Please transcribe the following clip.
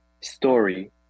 story